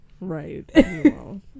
right